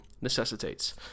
necessitates